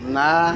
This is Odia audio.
ନା